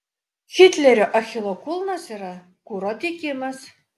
hitlerio achilo kulnas yra kuro tiekimas